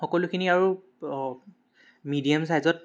সকলোখিনি আৰু মিডিয়াম ছাইজত